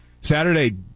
Saturday